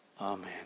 Amen